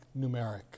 numeric